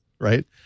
right